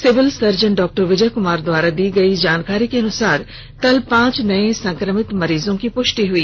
civil surgeon डॉ विजय कुमार द्वारा दी गयी जानकारी के अनुसार कल पांच नए संक्रमित मरीज की पुष्टि हुई